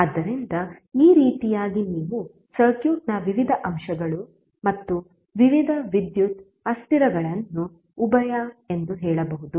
ಆದ್ದರಿಂದ ಈ ರೀತಿಯಾಗಿ ನೀವು ಸರ್ಕ್ಯೂಟ್ ನ ವಿವಿಧ ಅಂಶಗಳು ಮತ್ತು ವಿವಿಧ ವಿದ್ಯುತ್ ಅಸ್ಥಿರಗಳನ್ನು ಉಭಯ ಎಂದು ಹೇಳಬಹುದು